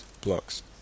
blocks